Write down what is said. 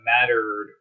mattered